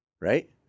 right